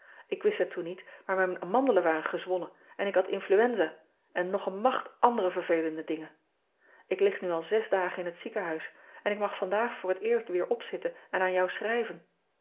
adertje angbeen toen niet maar mijne amandelen waren gezwollen en ik ik had influenza en nog een macht andere vervelende dingen k lig nu al zes dagen in het ziekenhuis en ik mag vandaag voor het eerst weer opzitten en aan jou schrijven